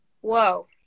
Whoa